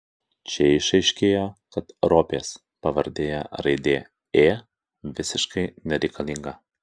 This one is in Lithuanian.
čia išaiškėjo kad ropės pavardėje raidė ė visiškai nereikalinga